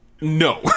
No